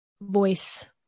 voice